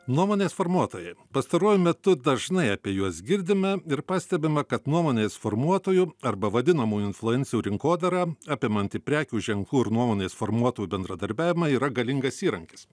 nuomonės formuotojai pastaruoju metu dažnai apie juos girdime ir pastebima kad nuomonės formuotojų arba vadinamųjų influencerių rinkodara apimanti prekių ženklų ir nuomonės formuotojų bendradarbiavimą yra galingas įrankis